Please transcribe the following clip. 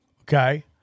okay